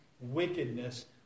wickedness